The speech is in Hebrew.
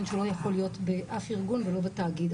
שלא יכול להיות באף ארגון ולא בתאגיד,